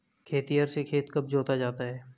खेतिहर से खेत कब जोता जाता है?